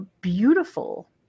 beautiful